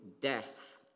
death